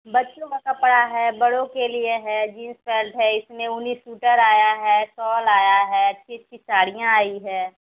बच्चों का कपड़ा है बड़ों के लिए है जीन्स पैंट है इसमें उनी सूटर आया है सॉल आया है अच्छी अच्छी साड़ियाँ आई हैं